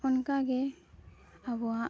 ᱚᱱᱠᱟ ᱜᱮ ᱟᱵᱚᱣᱟᱜ